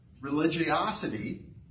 religiosity